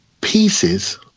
pieces